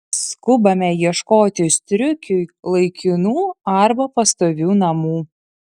skubame ieškoti striukiui laikinų arba pastovių namų